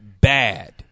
bad